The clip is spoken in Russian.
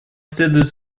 следует